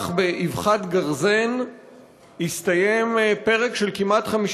כך באבחת גרזן הסתיים פרק של כמעט 50